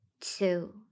two